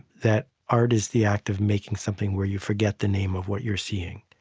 that art is the act of making something where you forget the name of what you're seeing.